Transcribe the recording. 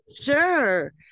Sure